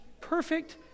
perfect